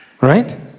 Right